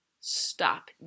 Stop